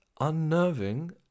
unnerving